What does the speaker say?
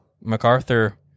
MacArthur